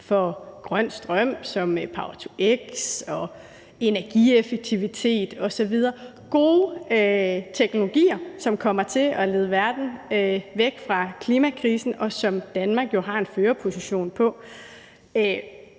for grøn strøm som power-to-x og energieffektivitet osv. – gode teknologier, som kommer til at lede verden væk fra klimakrisen, og som Danmark jo har en førerposition på.